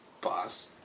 boss